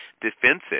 defensive